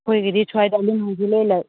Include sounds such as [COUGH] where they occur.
ꯑꯩꯈꯣꯏꯒꯤꯗꯤ ꯁ꯭ꯋꯥꯏꯗ [UNINTELLIGIBLE]